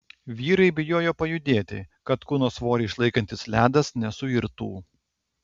vyrai bijojo pajudėti kad kūno svorį išlaikantis ledas nesuirtų